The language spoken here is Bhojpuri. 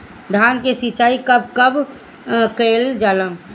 धान के सिचाई कब कब कएल जाला?